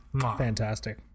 Fantastic